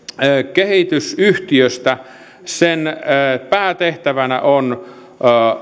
kehitysyhtiöstä sen päätehtävänä on